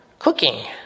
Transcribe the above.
Cooking